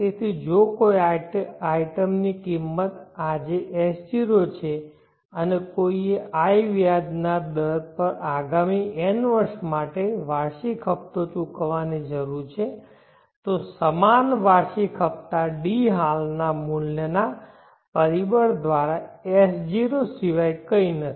તેથી જો કોઈ આઇટમની કિંમત આજે S0 છે અને કોઈએ i ના વ્યાજ દર પર આગામી n વર્ષ માટે વાર્ષિક હપતો ચૂકવવાની જરૂર છે તો સમાન વાર્ષિક હપતા D હાલના મૂલ્યના પરિબળ દ્વારા S0 સિવાય કંઈ નથી